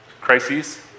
crises